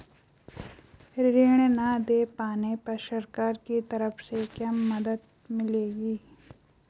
ऋण न दें पाने पर सरकार की तरफ से क्या मदद मिलेगी?